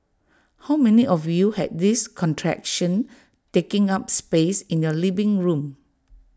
how many of you had this contraption taking up space in your living room